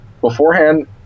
beforehand